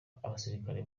abasirikare